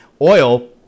oil